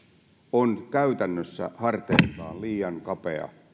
on käytännössä harteiltaan liian kapea